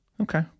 Okay